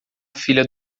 filha